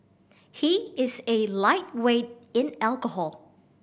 he is a lightweight in alcohol